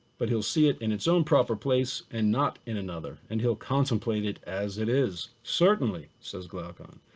but he'll see it in its own proper place and not in another. and he'll contemplate it as it is certainly, says glaucon.